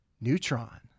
Neutron